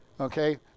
Okay